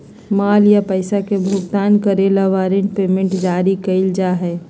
माल या पैसा के भुगतान करे ला वारंट पेमेंट जारी कइल जा हई